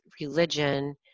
religion